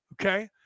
Okay